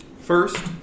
First